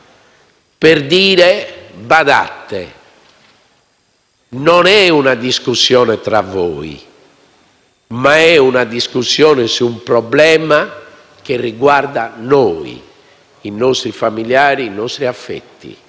per dire: badate che non è una discussione tra voi, ma è una discussione su un problema che riguarda noi, i nostri familiari e i nostri affetti.